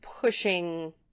pushing